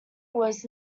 was